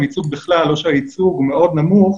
ייצוג בכלל או שהייצוג הוא מאוד נמוך,